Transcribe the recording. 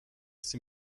chce